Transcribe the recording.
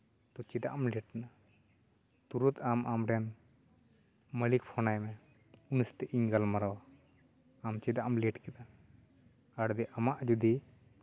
ᱛᱚ ᱪᱮᱫᱟᱜ ᱮᱢ ᱞᱮᱴᱱᱟ ᱛᱩᱨᱟᱹᱛ ᱟᱢ ᱟᱢ ᱨᱮᱱ ᱢᱟᱞᱤᱠ ᱯᱷᱳᱱᱟᱭ ᱢᱮ ᱩᱱᱤ ᱥᱟᱛᱮᱜ ᱤᱧ ᱜᱟᱞᱢᱟᱨᱟᱣᱟ ᱟᱢ ᱪᱮᱫᱟᱜ ᱮᱢ ᱞᱮᱴ ᱠᱮᱫᱟ ᱟᱨᱜᱮ ᱟᱢᱟᱜ ᱡᱩᱫᱤ